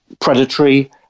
predatory